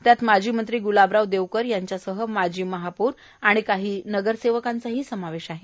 त्यात माजी मंत्री ग्लाबराव देवकर यांच्यासह माजी महापौरांसह काही नगरसेवकांचाही समावेश आहे